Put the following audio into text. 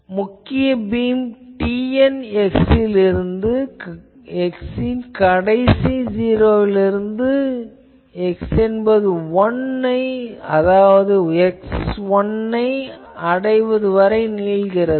முக்கிய beam Tn ன் கடைசி '0' விலிருந்து x என்பது 1 ஐ அதாவது x1-ஐ அடைவது வரை நீள்கிறது